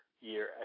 year